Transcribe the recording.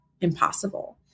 impossible